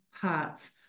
parts